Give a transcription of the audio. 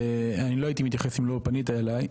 ואני לא הייתי מתייחס אם לא פנית אליי,